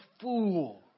fool